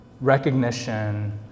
recognition